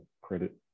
credit